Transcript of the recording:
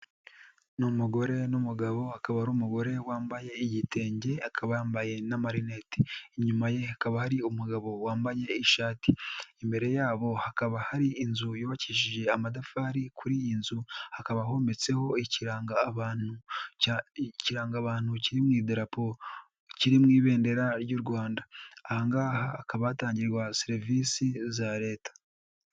Ni umugore n'umugabo, akaba ari umugore wambaye igitenge akaba yambaye n'amarineti, inyuma ye hakaba hari umugabo wambaye ishati. Imbere yabo hakaba hari inzu yubakishije amatafari, kuri iyi nzu hakaba hometseho ikirangabantu kiri mu idarapo kiri mu ibendera ry'u Rwanda. Aha ngaha hakaba hatangirwa serivisi za leta